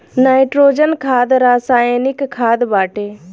nitrogen खाद रासायनिक खाद बाटे